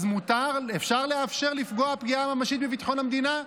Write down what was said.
אז אפשר לאפשר לפגוע פגיעה ממשית בביטחון המדינה?